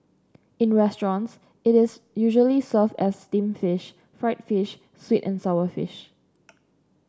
in restaurants it is usually served as steamed fish fried fish sweet and sour fish